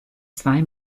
zwei